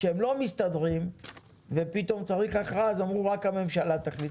כשהם לא מסתדרים ופתאום צריך הכרעה אז אמרו שרק הממשלה תחליט,